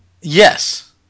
Yes